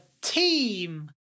team